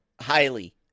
highly